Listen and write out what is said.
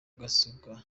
gasigwa